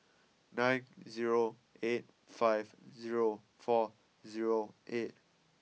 nine zero eight five zero four zero eight